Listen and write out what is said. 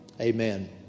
Amen